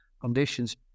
conditions